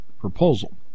proposal